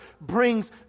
brings